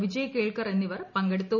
വിജയ് കേൽഖർ എന്നിവർ പങ്കെടുത്തു